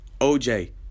OJ